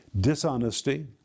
dishonesty